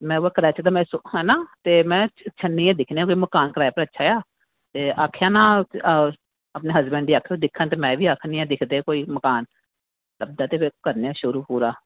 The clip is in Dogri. ते में आं छन्नी गै दिक्खने आं मकान अच्छा ऐ ओह् आक्खेआ ना अपने हस्बैंड गी आक्खेओ दिक्खेओ ते में भी अपने हस्बैंड गी आक्खनी आं दिक्खदे कोई मकान ते ओह्दे बाद करने आं शुरू पूरा